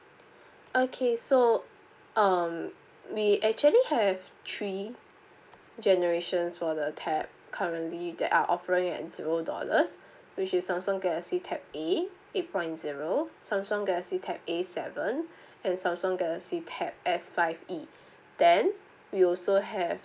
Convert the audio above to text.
okay so um we actually have three generations for the tab currently that are offering at zero dollars which is samsung galaxy tab A eight point zero samsung galaxy tab A seven and samsung galaxy tab S five E then we also have some